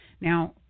Now